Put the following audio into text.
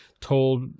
told